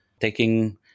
taking